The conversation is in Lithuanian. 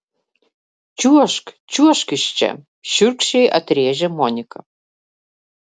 čiuožk čiuožk iš čia šiurkščiai atrėžė monika